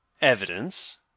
evidence